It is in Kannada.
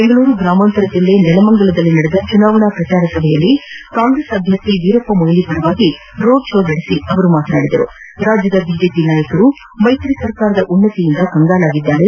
ಬೆಂಗಳೂರು ಗ್ರಾಮಾಂತರ ಜಿಲ್ಲೆಯ ನೆಲಮಂಗಲದಲ್ಲಿ ನಡೆದ ಚುನಾವಣಾ ಪ್ರಚಾರ ಸಭೆಯಲ್ಲಿ ಕಾಂಗ್ರೆಸ್ ಅಧ್ದರ್ಥಿ ವೀರಪ್ಪ ಮೊಯಿಲಿ ಪರವಾಗಿ ರೋಡ್ ಶೋ ನಡೆಸಿ ಮಾತನಾಡಿದ ಅವರು ರಾಜ್ಯದ ಬಿಜೆಪಿ ನಾಯಕರು ಮೈತ್ರಿ ಸರ್ಕಾರದ ಉನ್ನತಿಗೆ ಕಂಗಾಲಾಗಿದ್ದಾರೆ